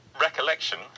recollection